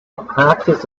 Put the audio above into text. practice